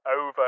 over